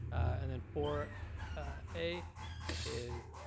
and then four a is,